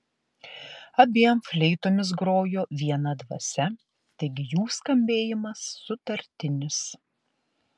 abiem fleitomis grojo viena dvasia taigi jų skambėjimas sutartinis